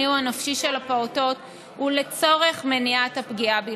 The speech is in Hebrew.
או הנפשי של הפעוטות ולצורך מניעת הפגיעה בלבד.